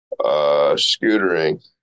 Scootering